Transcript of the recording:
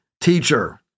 teacher